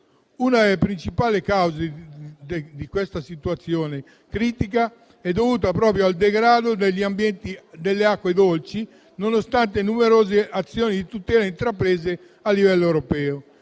Una delle principali cause di questa situazione critica è da ricondurre proprio al degrado degli ambienti delle acque dolci, nonostante numerose azioni di tutela intraprese a livello europeo.